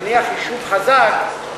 נניח יישוב חזק,